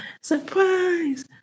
Surprise